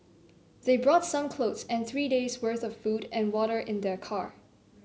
they brought some clothes and three days'worth of food and water in their car